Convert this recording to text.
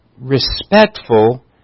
respectful